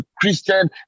Christian